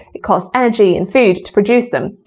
it costs energy and food to produce them.